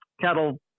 cattle